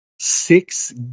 six